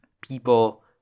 people